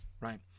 right